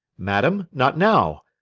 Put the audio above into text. madam, not now.